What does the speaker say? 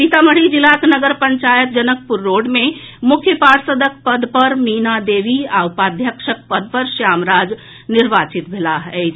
सीतामढ़ी जिलाक नगर पंचायत जनकपुर रोड मे मुख्य पार्षदक पद पर मीना देवी आ उपाध्यक्षक पद पर श्याम राज निर्वाचित भेलाह अछि